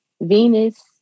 Venus